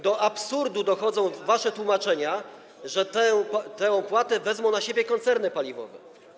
Do absurdu dochodzą wasze tłumaczenia, że tę opłatę wezmą na siebie koncerny paliwowe.